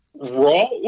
Raw